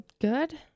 good